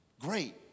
great